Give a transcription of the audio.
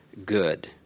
good